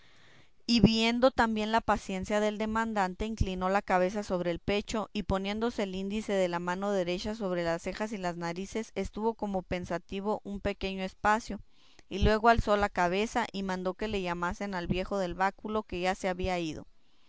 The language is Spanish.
y viendo también la paciencia del demandante inclinó la cabeza sobre el pecho y poniéndose el índice de la mano derecha sobre las cejas y las narices estuvo como pensativo un pequeño espacio y luego alzó la cabeza y mandó que le llamasen al viejo del báculo que ya se había ido